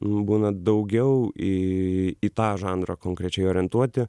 būna daugiau į į tą žanrą konkrečiai orientuoti